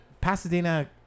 Pasadena